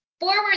forward